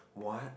what